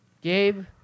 Gabe